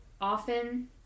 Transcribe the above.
often